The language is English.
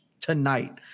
tonight